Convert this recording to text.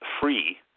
free